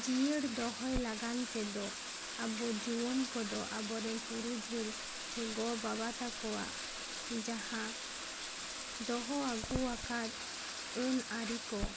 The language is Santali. ᱡᱤᱭᱟᱹᱲ ᱫᱚᱦᱚᱭ ᱞᱟᱜᱟᱱ ᱛᱮᱫᱚ ᱟᱵᱚ ᱡᱩᱭᱟᱹᱱ ᱠᱚᱫᱚ ᱟᱵᱚᱨᱮᱱ ᱯᱩᱨᱩᱫᱷᱩᱞ ᱥᱮ ᱜᱚ ᱵᱟᱵᱟ ᱛᱟᱠᱚᱣᱟᱜ ᱡᱟᱦᱟᱸ ᱫᱚᱦᱚ ᱟᱹᱜᱩ ᱟᱠᱟᱫ ᱟᱹᱱ ᱟᱹᱨᱤ ᱠᱚ